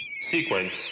sequence